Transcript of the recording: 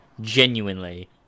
Genuinely